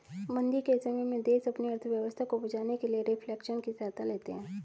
मंदी के समय में देश अपनी अर्थव्यवस्था को बचाने के लिए रिफ्लेशन की सहायता लेते हैं